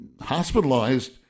hospitalized